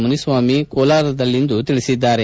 ಮುನಿಸ್ವಾಮಿ ಕೋಲಾರದಲ್ಲಿಂದು ತಿಳಿಸಿದ್ದಾರೆ